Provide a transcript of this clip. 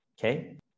Okay